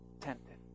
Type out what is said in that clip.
tempted